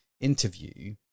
interview